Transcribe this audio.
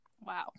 Wow